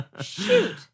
Shoot